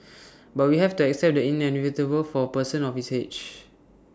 but we have to accept the inevitable for A person of his age